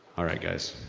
alright guys,